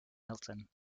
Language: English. minton